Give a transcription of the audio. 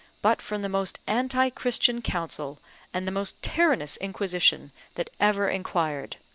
but from the most anti-christian council and the most tyrannous inquisition that ever inquired.